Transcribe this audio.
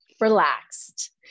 Relaxed